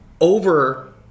over